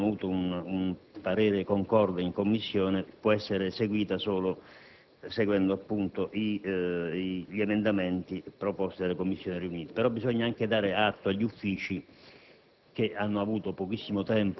cui abbiamo avuto un parere concorde in Commissione può essere fatta soltanto seguendo gli emendamenti proposti dalle Commissioni riunite. Dobbiamo anche dare atto agli Uffici